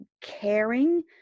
caring